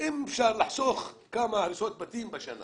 אם אפשר לחסוך כמה הריסות בתים בשנה